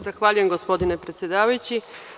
Zahvaljujem gospodine predsedavajući.